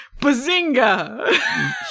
Bazinga